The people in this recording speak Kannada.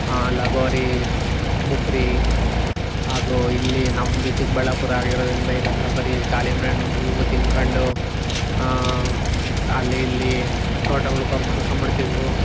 ಲಗೋರಿ ಬುಗುರಿ ಹಾಗೂ ಇಲ್ಲಿ ನಮ್ಮದು ಚಿಕ್ಕಬಳ್ಳಾಪುರ ಆಗಿರೋದರಿಂದ ಇಲ್ಲೆಲ್ಲ ಬರಿ ದಾಳಿಂಬೆ ಹಣ್ಣು ಅವು ಇವು ತಿಂದ್ಕೊಂಡು ಅಲ್ಲಿ ಇಲ್ಲಿ ತೋಟದೊಳ್ಗೆ ಹೋಗಿ ಮಲ್ಕೊಂಡು ಬಿಡ್ತಿದ್ವು